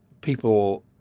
people